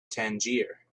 tangier